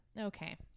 Okay